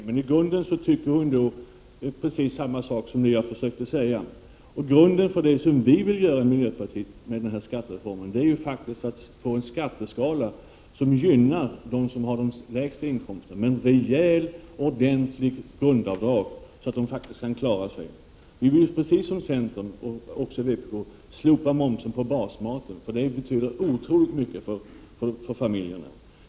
Herr talman! Jag trodde inte att jag skulle behöva genmäla mot Görel Thurdin. Men i grunden tycker hon precis samma sak som vad jag försökte säga. Det vi vill göra i miljöpartiet är en skatteskala som gynnar dem som har de lägsta inkomsterna med ett rejält grundavdrag, så att de kan klara sig. Precis som centern och vpk vill vi slopa momsen på basmaten, för det betyder otroligt mycket för familjerna.